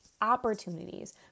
opportunities